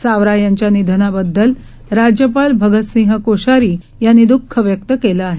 सावरायांच्यानिधनाबद्दलराज्यपालभगतसिंहकोश्यारीयांनीद्ःखव्यक्तकेलंआहे